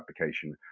application